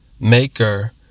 maker